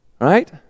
Right